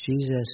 Jesus